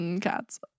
cats